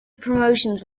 promotions